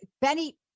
Benny